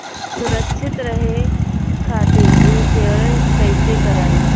सुरक्षित रहे खातीर इन्शुरन्स कईसे करायी?